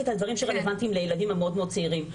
הדברים שרלוונטיים לילדים המאוד צעירים.